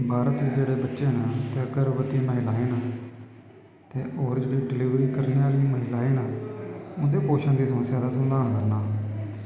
भारत च जेह्ड़े बच्चे न ते गर्भवती महिलाएं न ते होर जेह्ड़ी डिलीवरी करने आह्ली महिलाएं न उं'दे पोशन दी समस्या दा समाधान करना